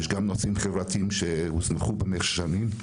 יש גם נושאים חברתיים שהוזנחו במשך שנים,